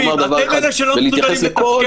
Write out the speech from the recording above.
אתם אלה שלא מסוגלים לתפקד,